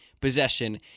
possession